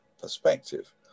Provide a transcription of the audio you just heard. perspective